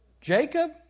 Jacob